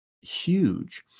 huge